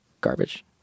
garbage